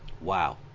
wow